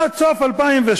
עד סוף 2016,